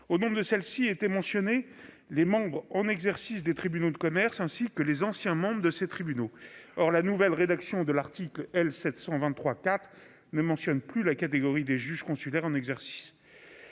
Au nombre de celles-ci étaient mentionnés « les membres en exercice des tribunaux de commerce, ainsi que les anciens membres de ces tribunaux ». Or la nouvelle rédaction de l'article L. 723-4 ne mentionne plus la catégorie des juges consulaires en exercice.